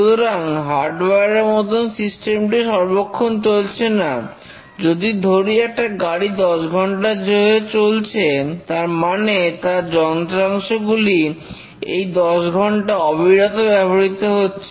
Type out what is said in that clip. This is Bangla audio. সুতরাং হার্ডওয়ার এর মতন সিস্টেমটি সর্বক্ষণ চলছে না যদি ধরি একটা গাড়ি 10 ঘণ্টা চলছে তার মানে তার যন্ত্রাংশগুলি এই 10 ঘন্টা অবিরত ব্যবহৃত হচ্ছে